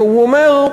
שאומר,